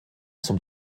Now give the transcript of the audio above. zum